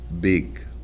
big